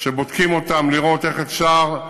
בודקים אותם לראות איך אפשר,